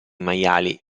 maiali